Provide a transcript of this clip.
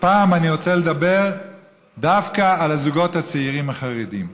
הפעם אני רוצה לדבר דווקא על הזוגות הצעירים החרדים.